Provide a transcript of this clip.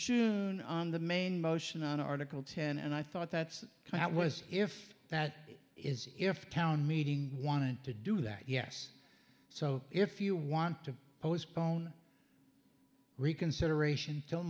june on the main motion on article ten and i thought that's how it was if that is if town meeting wanted to do that yes so if you want to postpone reconsideration til